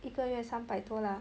一个月三百多 lah